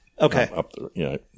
Okay